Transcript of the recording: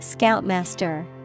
Scoutmaster